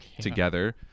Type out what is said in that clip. together